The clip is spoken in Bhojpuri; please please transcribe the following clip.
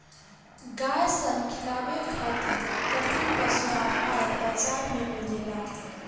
गाय सन खिलावे खातिर कपिला पशुआहार बाजार में मिलेला